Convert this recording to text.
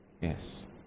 Yes